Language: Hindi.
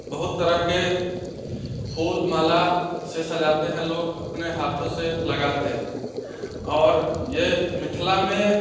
बहुत तरह के फूल माला से सजाते हैं लोग अपने हाथों से लगाते हैं और ये मिथिला में